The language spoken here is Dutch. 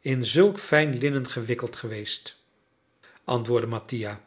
in zulk fijn linnen gewikkeld geweest antwoordde mattia